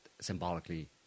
symbolically